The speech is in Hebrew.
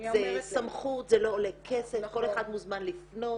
זה סמכות, זה לא עולה כסף, כל אחד מוזמן לפנות.